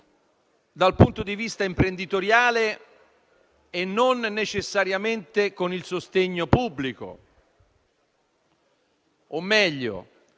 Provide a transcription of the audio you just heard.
dal punto di vista imprenditoriale e non necessariamente con il sostegno pubblico.